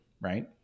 right